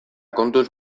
kontuz